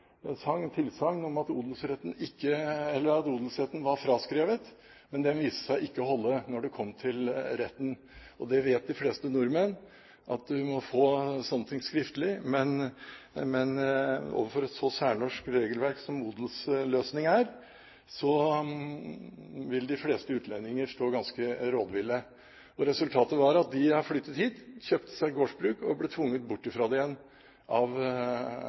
tilsagn om at odelsretten var fraskrevet. Men det viste seg å ikke holde når det kom til retten. De fleste nordmenn vet at man må få slike ting skriftlig. Men overfor et så særnorsk regelverk som odelsløsning er, vil de fleste utlendinger stå ganske rådville. De flyttet hit, kjøpte seg et gårdsbruk, og resultatet var at de ble tvunget bort fra det igjen